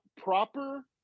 proper